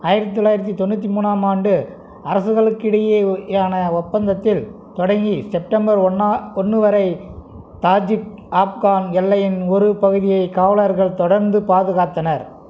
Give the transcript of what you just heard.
ஆயிரத்தி தொள்ளாயிரத்தி தொண்ணூற்றி மூணாம் ஆண்டு அரசுகளுக்கிடையேயான ஒப்பந்தத்தில் தொடங்கி செப்டம்பர் ஒன்றாம் ஒன்று வரை தாஜிக் ஆப்கான் எல்லையின் ஒரு பகுதியை காவலர்கள் தொடர்ந்து பாதுகாத்தனர்